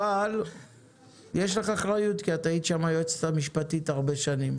אבל יש לך אחריות כי את היית שם היועצת המשפטית הרבה שנים